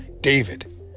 David